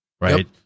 right